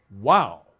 Wow